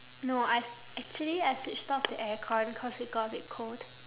no I actually I switched off the aircon cause it got a bit cold